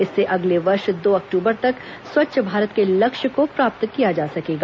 इससे अगले वर्ष दो अक्टूबर तक स्वच्छ भारत के लक्ष्य को प्राप्त किया जा सकेगा